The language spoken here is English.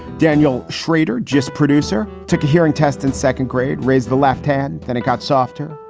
daniel schrader, just producer, took a hearing test in second grade, raised the left hand. then it got softer,